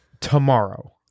tomorrow